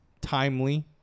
timely